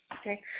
Okay